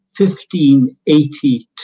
1582